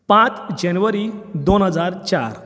पांच जानोवारी दोन हजार चार